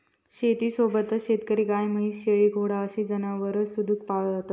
शेतीसोबतच शेतकरी गाय, म्हैस, शेळी, घोडा अशी जनावरांसुधिक पाळतत